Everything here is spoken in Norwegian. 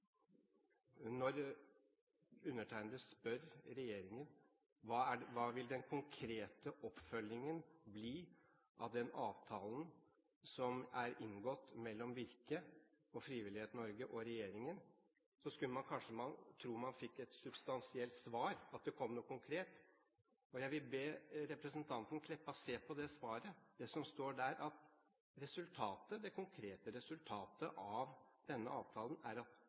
Når undertegnede spør regjeringen: Hva vil den konkrete oppfølgingen bli av den avtalen som er inngått mellom Virke, Frivillighet Norge og regjeringen? Så skulle man kanskje tro at man fikk et substansielt svar – at det kom noe konkret. Og jeg vil be representanten Kleppa se på det svaret. Det som står der, er at resultatet – det konkrete resultatet – av denne avtalen er at